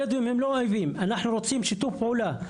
הבדואים הם לא אויבים, אנחנו רוצים שיתוף פעולה.